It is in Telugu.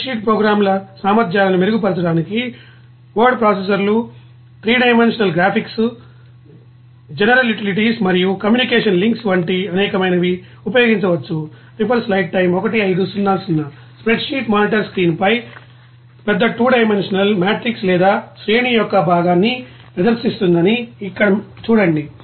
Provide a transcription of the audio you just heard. స్ప్రెడ్షీట్ ప్రోగ్రామ్ల సామర్థ్యాలను మెరుగుపరచడానికి వర్డ్ ప్రాసెసర్లు 3 డైమెన్షనల్ గ్రాఫిక్స్ జనరల్ యుటిలిటీస్ మరియు కమ్యూనికేషన్స్ లింక్స్ వంటి అనేకమైనవి ఉపయోగించవచ్చు స్ప్రెడ్షీట్ మానిటర్ స్క్రీన్పై పెద్ద 2 డైమెన్షనల్ మ్యాట్రిక్స్ లేదా శ్రేణి యొక్క భాగాన్ని ప్రదర్శిస్తుందని ఇక్కడ చూడండి